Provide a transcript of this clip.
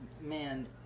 man